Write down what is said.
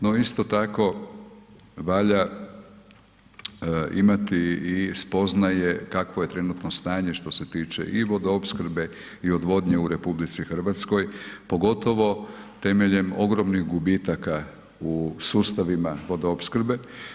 No isto tako valja imati i spoznaje kakvo je trenutno stanje što se tiče i vodoopskrbe i odvodnje u RH, pogotovo temeljem ogromnih gubitaka u sustavima vodoopskrbe.